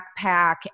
backpack